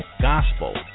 gospel